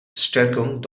stärkung